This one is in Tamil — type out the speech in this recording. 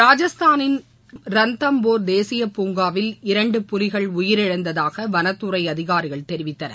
ராஜஸ்தானில் ரன்தம்போர் தேசிய பூங்காவில் இரண்டு புலிகள் உயிரிழந்ததாக வனத்துறை அதிகாரிகள் தெரிவித்தனர்